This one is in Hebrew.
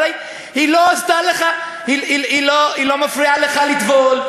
הרי היא לא עשתה לך, היא לא מפריעה לך לטבול.